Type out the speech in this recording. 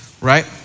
right